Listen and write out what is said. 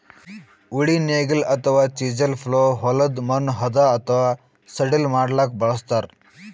ಉಳಿ ನೇಗಿಲ್ ಅಥವಾ ಚಿಸೆಲ್ ಪ್ಲೊ ಹೊಲದ್ದ್ ಮಣ್ಣ್ ಹದಾ ಅಥವಾ ಸಡಿಲ್ ಮಾಡ್ಲಕ್ಕ್ ಬಳಸ್ತಾರ್